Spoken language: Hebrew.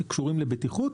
שקשורים לבטיחות: